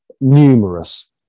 numerous